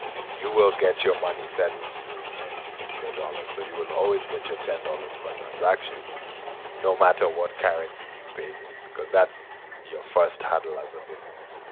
and you will get your money settled to you in your dollars. so you will always get your ten dollars per transaction no matter what currency we've paid in, because that's your first huddle as a business.